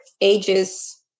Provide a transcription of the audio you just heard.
ages